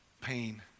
pain